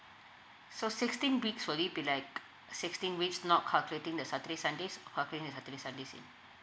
so sixteen weeks for leave will be like sixteen weeks not calculating the saturday sundays or calculating the saturday sundays in